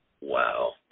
Wow